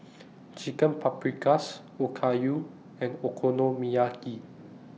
Chicken Paprikas Okayu and Okonomiyaki